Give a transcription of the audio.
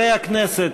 חברי הכנסת,